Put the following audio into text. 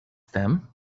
them